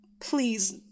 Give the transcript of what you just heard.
please